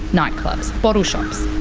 nightclubs, bottle shops.